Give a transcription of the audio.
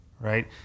right